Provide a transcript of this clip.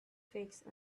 fixed